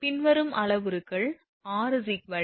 பின்வரும் அளவுருக்கள் r 1